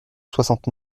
soixante